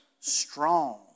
strong